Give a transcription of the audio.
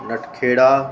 Natkhera